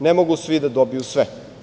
Ne mogu svi da dobiju sve.